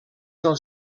del